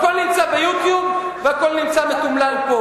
הכול נמצא ב- YouTubeוהכול נמצא פה.